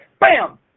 bam